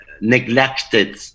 neglected